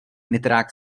nitrák